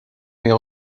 mais